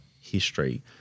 history